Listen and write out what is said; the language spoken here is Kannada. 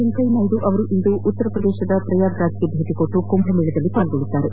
ವೆಂಕಯ್ಯನಾಯ್ಡು ಅವರು ಇಂದು ಉತ್ತರ ಪ್ರದೇಶದ ಪ್ರಯಾಗ್ ರಾಜ್ಗೆ ಭೇಟಿ ನೀಡಿ ಕುಂಭಮೇಳದಲ್ಲಿ ಪಾಲ್ಗೊಳ್ಳಲಿದ್ದಾರೆ